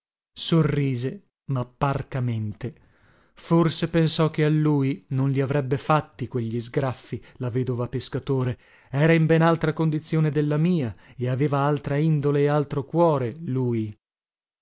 sorrise ma parcamente forse pensò che a lui non li avrebbe fatti quegli sgraffii la vedova pescatore era in ben altra condizione dalla mia e aveva altra indole e altro cuore lui